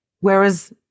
Whereas